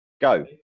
go